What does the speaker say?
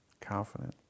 confident